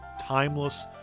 timeless